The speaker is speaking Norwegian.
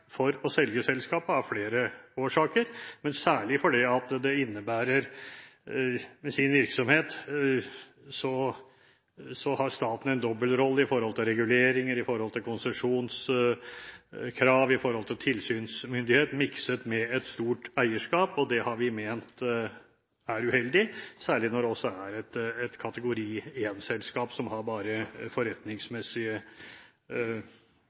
for å selge selskapet av flere årsaker, men særlig fordi virksomheten innebærer at staten har en dobbeltrolle med hensyn til reguleringer, med hensyn til konsesjonskrav, med hensyn til tilsynsmyndighet, mikset med et stort eierskap. Det har vi ment er uheldig, særlig når det også er et kategori 1-selskap, som har bare